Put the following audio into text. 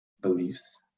beliefs